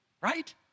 Right